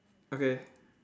okay